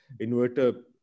inverter